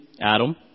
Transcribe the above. Adam